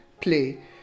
play